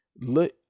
Look